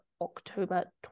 October